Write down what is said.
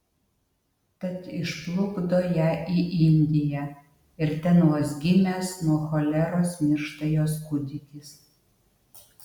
tad išplukdo ją į indiją ir ten vos gimęs nuo choleros miršta jos kūdikis